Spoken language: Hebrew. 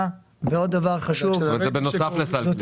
זאת אומרת, זה בנוסף לסל.